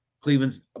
Cleveland's